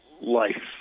life